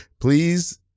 please